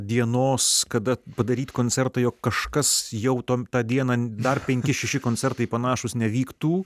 dienos kada padaryti koncertą jog kažkas jau tom tą dieną dar penki šeši koncertai panašūs nevyktų